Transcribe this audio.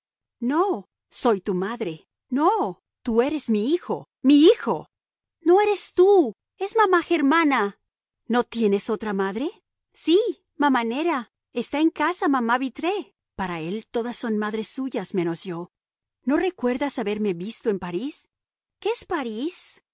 no soy tu madre no tú eres mi hijo mi hijo no eres tú es mamá germana no tienes otra madre sí mamá nera está en casa mamá vitré para él todas son madres suyas menos yo no recuerdas haberme visto en parís qué es parís